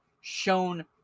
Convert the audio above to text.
shown